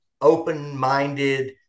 open-minded